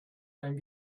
ein